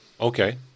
Okay